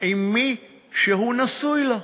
עם מי שהוא נשוי לו",